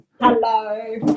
hello